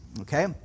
Okay